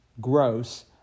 Gross